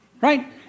Right